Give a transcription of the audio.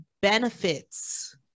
benefits